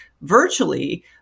virtually